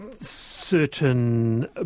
certain